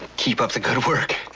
keep up the good work.